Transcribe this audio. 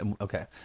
Okay